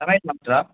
சமையல் மாஸ்டரா